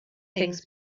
things